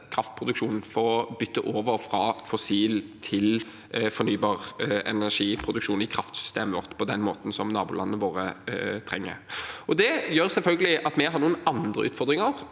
for å bytte over fra fossil til fornybar energiproduksjon i kraftsystemet vårt på den måten som nabolandene våre trenger. Det gjør selvfølgelig at vi har noen andre utfordringer